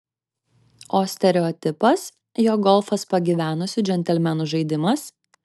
o stereotipas jog golfas pagyvenusių džentelmenų žaidimas